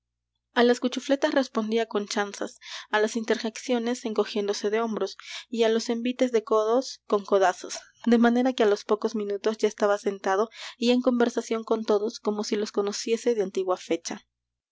a las cuchufletas respondía con chanzas á las interjecciones encogiéndose de hombros y á los envites de codos con codazos de manera que á los pocos minutos ya estaba sentado y en conversación con todos como si los conociese de antigua fecha